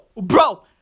bro